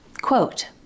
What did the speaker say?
Quote